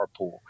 carpool